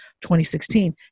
2016